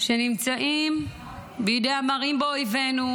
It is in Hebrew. נמצאים בידי המרים באויבנו,